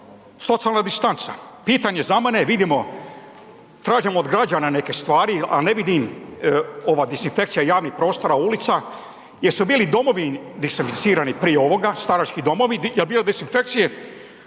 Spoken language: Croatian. Socijalna distanca. Pitanje za mene, vidimo, tražimo od građana neke stvari, ali ne vidim, ova dezinfekcija javnih prostora, ulica, jesu bili domovi dezinficirani prije ovoga, starački domovi? Je li bilo dezinfekcije?